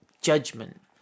judgment